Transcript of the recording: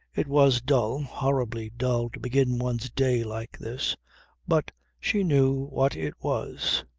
it was dull, horribly dull to begin one's day like this but she knew what it was.